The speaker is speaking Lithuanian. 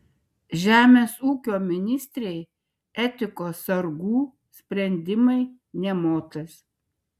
žemės ūkio ministrei etikos sargų sprendimai nė motais